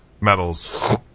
medals